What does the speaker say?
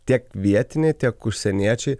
tiek vietiniai tiek užsieniečiai